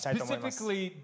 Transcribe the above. Specifically